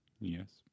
Yes